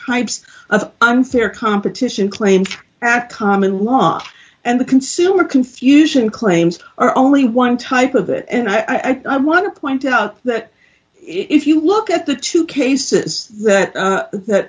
types of unfair competition claim at common law and the consumer confusion claims are only one type of it and i think i want to point out that if you look at the two cases that